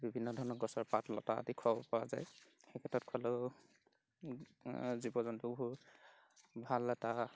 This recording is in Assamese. বিভিন্ন ধৰণৰ গছৰ পাত লতা আদি খুৱাব পৰা যায় সেইকেইতা খোৱালেও জীৱ জন্তুবোৰ ভাল এটা